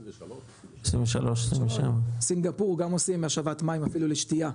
23%. סינגפור גם עושים השבת מים אפילו לשתייה,